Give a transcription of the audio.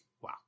Wow